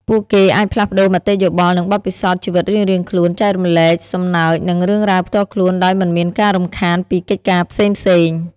ពួកគេអាចផ្លាស់ប្តូរមតិយោបល់និងបទពិសោធន៍ជីវិតរៀងៗខ្លួន ចែករំលែកសំណើចនិងរឿងរ៉ាវផ្ទាល់ខ្លួនដោយមិនមានការរំខានពីកិច្ចការផ្សេងៗ។